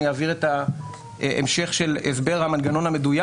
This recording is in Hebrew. אני אעביר את המשך הסבר המנגנון המדויק